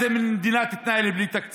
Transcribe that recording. יודעים מה זה שמדינה מתנהלת בלי תקציב.